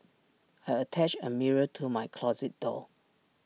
I attached A mirror to my closet door